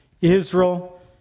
Israel